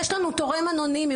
יש לנו תורם אנונימי,